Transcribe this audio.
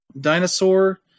dinosaur